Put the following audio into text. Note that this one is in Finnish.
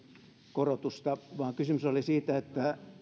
korotusta ei pystyttäisi toteuttamaan vaan kysymys oli siitä että